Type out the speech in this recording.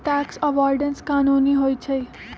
tax avoidance कानूनी होइ छइ